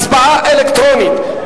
הצבעה אלקטרונית.